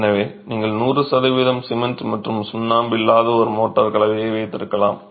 எனவே நீங்கள் 100 சதவிகிதம் சிமெண்ட் மற்றும் சுண்ணாம்பு இல்லாத ஒரு மோர்டார் கலவையை வைத்திருக்கலாம்